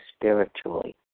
spiritually